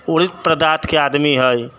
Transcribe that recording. ओहि प्रजातिके आदमी हइ